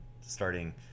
starting